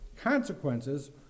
consequences